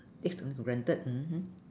take something for granted mmhmm